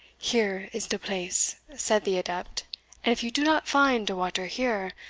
here is de place, said the adept, and if you do not find de water here,